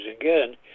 again